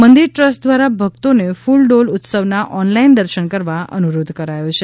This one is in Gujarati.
મંદિર ટ્રસ્ટ દ્વારા ભક્તોને ફ્લડોલ ઉત્સવના ઓનલાઈન દર્શન કરવા અનુરોધ કરાયો છે